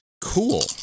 Cool